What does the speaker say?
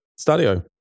Stadio